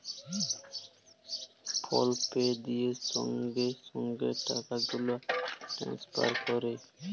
ফল পে দিঁয়ে সঙ্গে সঙ্গে টাকা গুলা টেলেসফার ক্যরে